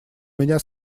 меня